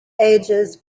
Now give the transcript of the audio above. ages